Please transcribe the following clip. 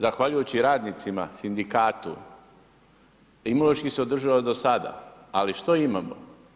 Zahvaljujući radnicima, sinikatu, Imunološki se održavao do sada, ali što imamo?